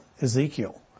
Ezekiel